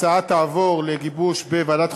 ההצעה להעביר את הצעת חוק ההוצאה לפועל (תיקון,